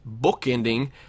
bookending